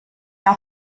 jahr